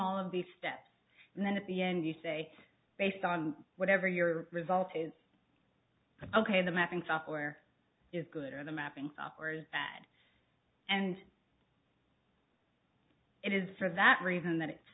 all of the steps and then at the end you say based on whatever your result is ok the mapping software is good or the mapping software is bad and it is for that reason that it's